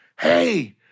Hey